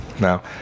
now